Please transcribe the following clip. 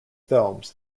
films